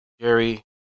Jerry